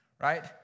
right